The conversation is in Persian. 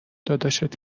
داداشت